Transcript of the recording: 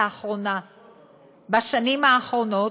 בשנים האחרונות,